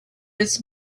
its